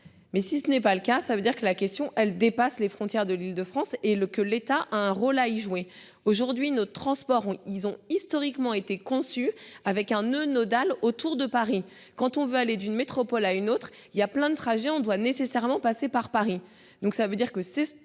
Mais si ce n'est pas le cas, ça veut dire que la question elle dépasse les frontières de l'de France et le que l'État a un rôle à y jouer aujourd'hui nos transports ont ils ont historiquement été conçu avec un E nodal autour de Paris. Quand on veut aller d'une métropole à une autre, il y a plein de trajet on doit nécessairement passer par Paris.